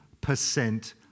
percent